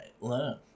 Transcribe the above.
Learn